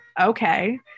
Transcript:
okay